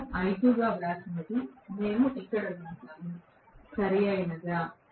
మేము I2 గా వ్రాసినది మేము ఇక్కడ వ్రాసాము సరియైనదా